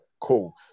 cool